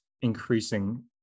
increasing